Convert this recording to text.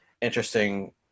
interesting